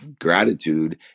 gratitude